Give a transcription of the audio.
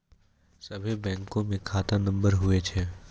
सभे बैंकमे खाता नम्बर हुवै छै